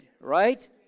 right